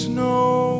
Snow